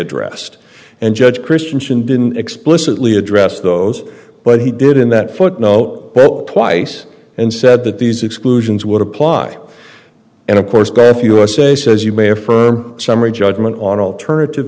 addressed and judge christiansen didn't explicitly address those but he did in that footnote twice and said that these exclusions would apply and of course graf usa says you may affirm summary judgment on alternative